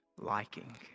liking